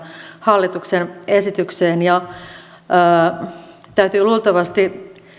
hallituksen esitykseen täytyy luultavasti